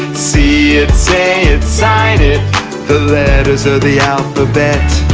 see it, say it, sign it the letters of the alphabet